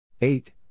eight